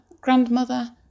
grandmother